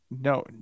No